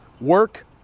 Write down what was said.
work